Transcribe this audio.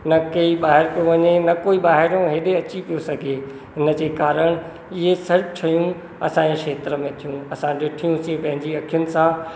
न केई ॿाहिरि पियो वञे न कोई ॿाहिरो एॾे अची पियो सघे हुनजे कारण हे सभु शयूं असांजे खेत्र में थियूं असां ॾिठियूंसीं पंहिंजी अखियुनि सां